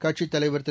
கட்சித்தலைவர் திரு